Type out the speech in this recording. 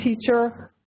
teacher